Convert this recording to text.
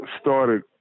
started